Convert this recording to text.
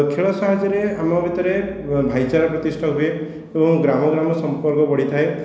ଖେଳ ସାହାଯ୍ୟରେ ଆମ ଭିତରେ ଭାଇଚାରା ପ୍ରତିଷ୍ଠା ହୁଏ ଏବଂ ଗ୍ରାମ ଗ୍ରାମ ସମ୍ପର୍କ ବଢ଼ିଥାଏ